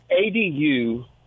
ADU